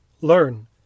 learn